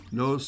no